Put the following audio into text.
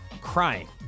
crying